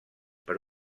per